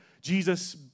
Jesus